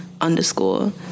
underscore